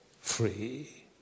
free